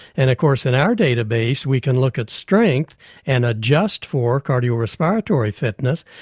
and of course in our data base we can look at strength and adjust for cardio-respiratory fitness,